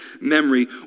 memory